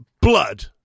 Blood